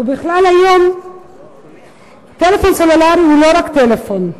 ובכלל היום טלפון סלולרי הוא לא רק טלפון.